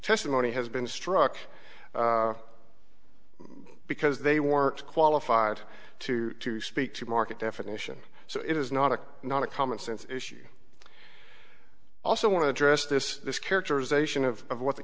testimony has been struck because they weren't qualified to speak to market definition so it is not a not a commonsense issue i also want to address this characterization of what the